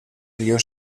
río